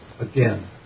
again